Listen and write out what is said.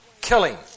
killing